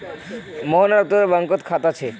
मोहनेर अपततीये बैंकोत खाता छे